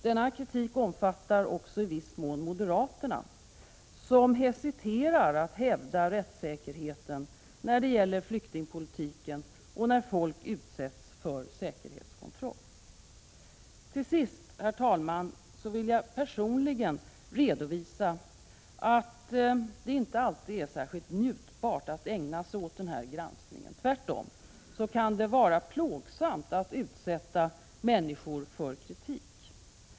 Den kritiken omfattar också i viss mån moderaterna, som hesiterar att hävda rättssäkerheten när det gäller flyktingpolitiken och när folk utsätts för säkerhetskontroll. Till sist, herr talman, vill jag personligen redovisa att det inte alltid är särskilt njutbart att ägna sig åt den här granskningen. Tvärtom kan det vara plågsamt att utsätta människor för kritik.